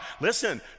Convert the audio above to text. listen